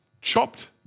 Chopped